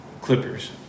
Clippers